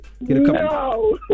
No